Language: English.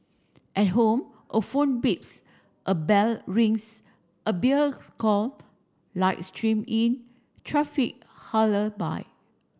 at home a phone beeps a bell rings a beers call light stream in traffic by